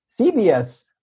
CBS